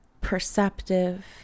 perceptive